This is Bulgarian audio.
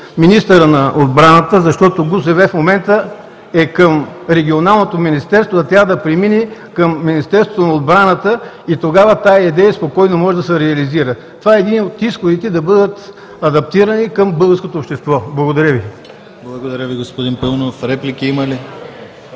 министъра на отбраната, защото ГУСВ в момента е към Регионалното министерство, а трябва да премине към Министерството на отбраната и тогава тази идея спокойно може да се реализира. Това е единият от изходите да бъдат адаптирани към българското общество. Благодаря Ви. ПРЕДСЕДАТЕЛ ДИМИТЪР ГЛАВЧЕВ: Благодаря Ви, господин Паунов. Реплики има ли?